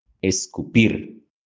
escupir